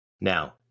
now